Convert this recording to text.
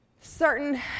certain